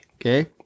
Okay